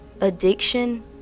Addiction